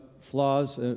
Flaws